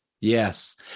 yes